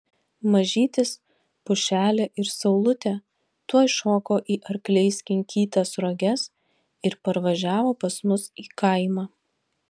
mažytis pušelė ir saulutė tuoj šoko į arkliais kinkytas roges ir parvažiavo pas mus į kaimą